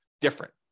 different